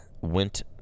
went